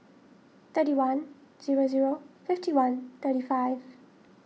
thirty one zero zero fifty one thirty five